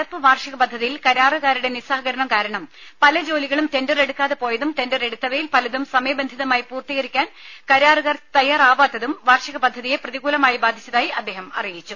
നടപ്പ് വാർഷിക പദ്ധതിയിൽ കരാറുകാരുടെ നിസ്സഹകരണം കാരണം പല ജോലികളും ടെൻഡർ എടുക്കാതെ പോയതും ടെൻഡർ എടുത്തവയിൽ പലതും സമയബന്ധിതമായി പൂർത്തീകരിക്കാൻ കരാറുകാർ തയ്യാറാവാത്തതും വാർഷിക പദ്ധതിയെ പ്രതികൂലമായി ബാധിച്ചതായി അദ്ദേഹം അറിയിച്ചു